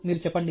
మీరు చెప్పండి